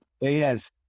Yes